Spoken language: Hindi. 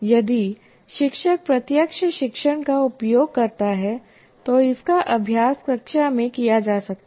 यदि शिक्षक प्रत्यक्ष शिक्षण का उपयोग करता है तो इसका अभ्यास कक्षा में किया जा सकता है